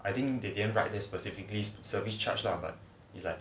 I think they didn't write this specifically service charge lah but it's like